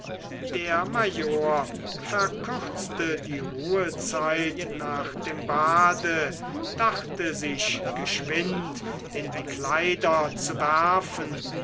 der major verkürzte die ruhezeit nach dem bade dachte sich geschwind in die kleider zu werfen